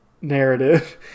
narrative